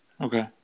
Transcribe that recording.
Okay